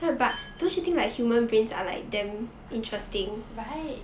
right